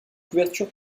couverture